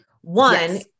one